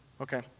Okay